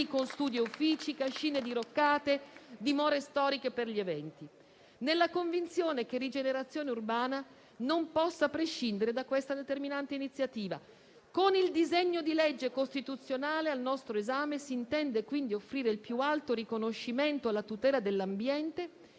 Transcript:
con studi e uffici, cascine diroccate, dimore storiche per gli eventi, nella convinzione che la rigenerazione urbana non possa prescindere da questa determinante iniziativa. Con il disegno di legge costituzionale al nostro esame si intende quindi offrire il più alto riconoscimento alla tutela dell'ambiente e,